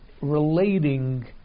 relating